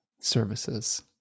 services